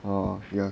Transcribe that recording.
oh ya